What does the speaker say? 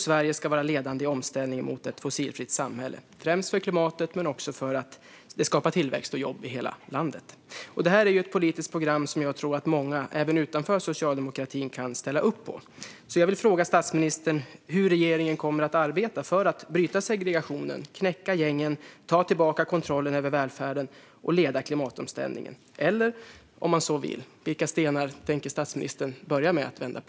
Sverige ska också vara ledande i omställningen till ett fossilfritt samhälle - främst för klimatet, men också för att det skapar tillväxt och jobb i hela landet. Det här är ett politiskt program som jag tror att många även utanför socialdemokratin kan ställa upp på, så jag vill fråga statsministern hur regeringen kommer att arbeta för att bryta segregationen, knäcka gängen, ta tillbaka kontrollen över välfärden och leda klimatomställningen - eller, om man så vill, vilka stenar statsministern tänker börja med att vända på.